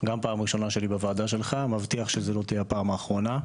אני פעם ראשונה בוועדה שלך - מבטיח שזו לא תהיה הפעם האחרונה.